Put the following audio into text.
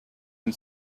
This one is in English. and